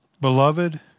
Beloved